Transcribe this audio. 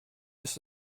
ist